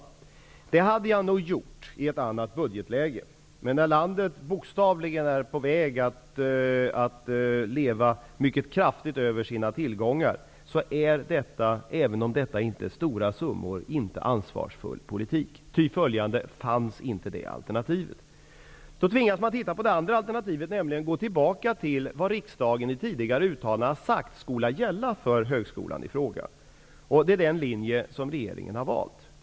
Och det hade jag nog gjort om budgetläget varit ett annat än det nu är. Men när landet bokstavligen är på väg att mycket kraftigt leva över sina tillgångar är detta, även om det inte handlar om stora summor, inte en ansvarsfull politik. Ty följande fanns inte det alternativet. Då tvingas man att titta på det andra alternativet -- nämligen att gå tillbaka till vad riksdagen tidigare uttalat skall gälla för högskolan i fråga. Det är den linje som regeringen har valt.